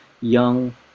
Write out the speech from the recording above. young